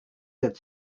that